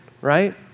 right